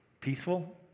peaceful